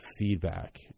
feedback